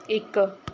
ਇੱਕ